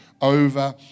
over